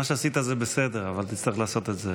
מה שעשית, זה בסדר, אבל תצטרך לעשות את זה,